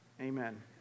amen